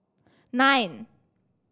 nine